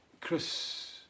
Chris